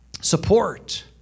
support